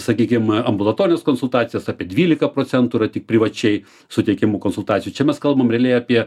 sakykim ambulatorines konsultacijas apie dvylika procentų yra tik privačiai suteikiamų konsultacijų čia mes kalbam realiai apie